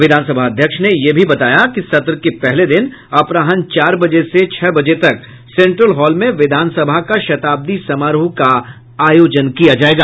विधानसभा अध्यक्ष ने ये भी बताया कि सत्र के पहले दिन अपराहन चार बजे से छह बजे तक सेंट्रल हॉल में विधानसभा का शताब्दी समारोह का आयोजन किया जायेगा